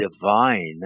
divine